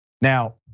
Now